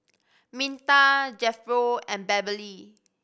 Minta Jethro and Beverly